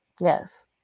Yes